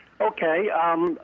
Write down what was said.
Okay